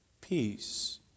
peace